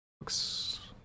Looks